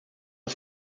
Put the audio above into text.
des